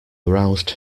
aroused